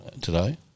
today